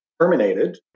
terminated